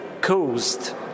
caused